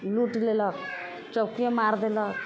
लूट लेलक चकुवे मारि देलक